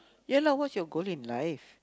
ya lah what's your goal in life